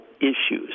issues